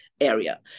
area